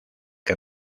que